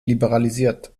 liberalisiert